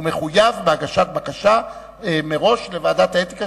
הוא מחויב בהגשת בקשה מראש לוועדת האתיקה,